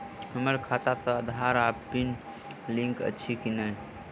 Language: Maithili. हम्मर खाता सऽ आधार आ पानि लिंक अछि की नहि?